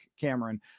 Cameron